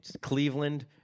Cleveland